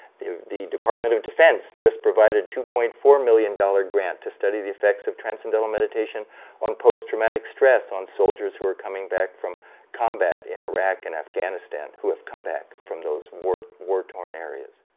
the the department of defense just provided two point four million dollars dollar grant to study the effects of transcendental meditation on post-traumatic stress on soldiers who are coming back from combat in iraq and afghanistan. who have come back from those war war torn areas.